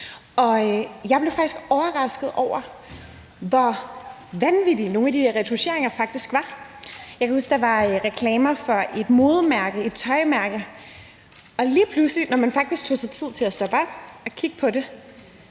Jeg blev faktisk overrasket over, hvor vanvittige nogle af de retoucheringer faktisk var. Jeg kan huske, at der var reklamer for et modetøjmærke, og hvis man faktisk tog sig tid til at stoppe op og kigge på dem,